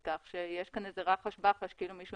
יש כאן איזה רחש בחש שכאילו בדיון כאן מישהו